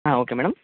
ಹಾಂ okay madam